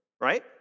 right